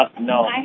No